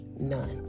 None